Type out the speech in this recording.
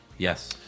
Yes